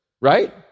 right